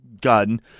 gun